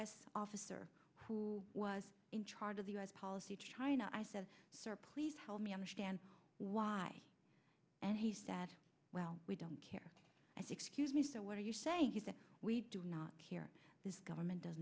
s officer who was in charge of the u s policy china i said sir please help me understand why and he said well we don't care as excuse me so what are you saying he said we do not here this government does